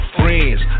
friends